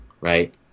right